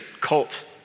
cult